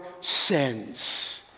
sins